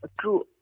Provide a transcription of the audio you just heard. true